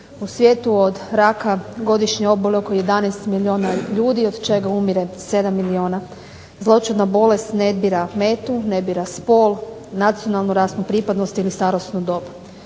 U svijetu od raka godišnje oboli oko 11 milijuna ljudi, od čega umire 7 milijuna. Zloćudna bolest ne bira metu, ne bira spol, nacionalnu rasnu pripadnost ili starosnu dob.